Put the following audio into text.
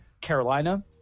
carolina